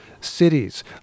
cities